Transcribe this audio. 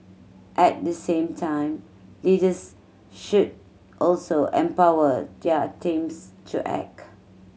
at the same time leaders should also empower their teams to act